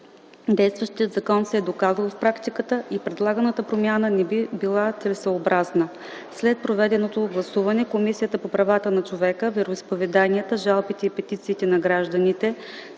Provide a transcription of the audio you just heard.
действащият закон се е доказал в практиката и предлаганата промяна не би била целесъобразна. След проведеното гласуване, Комисията по правата на човека, вероизповеданията, жалбите и петициите на гражданите